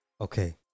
okay